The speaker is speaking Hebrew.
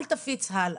אל תפיץ הלאה.